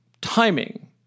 timing